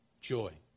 Joy